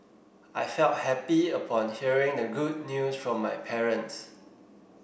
I felt happy upon hearing the good news from my parents